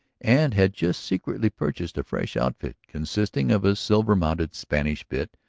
and had just secretly purchased a fresh outfit consisting of a silver-mounted spanish bit,